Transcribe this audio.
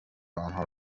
آنها